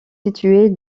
située